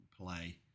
play